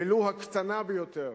ולו הקטנה ביותר,